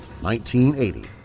1980